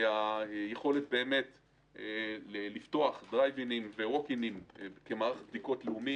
יש יכולת לפתוח דרייב-אין וווק-אין כמערך בדיקות לאומי,